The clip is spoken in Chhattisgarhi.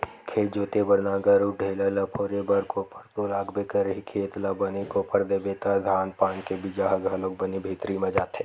खेत जोते बर नांगर अउ ढ़ेला ल फोरे बर कोपर तो लागबे करही, खेत ल बने कोपर देबे त धान पान के बीजा ह घलोक बने भीतरी म जाथे